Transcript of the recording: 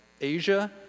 Asia